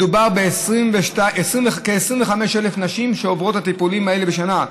מדובר בכ-25,000 נשים שעוברות את הטיפולים האלה בשנה.